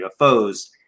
ufos